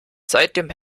seitdem